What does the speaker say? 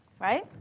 Right